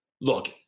look